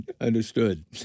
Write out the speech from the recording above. Understood